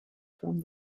from